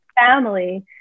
family